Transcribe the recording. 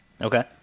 Okay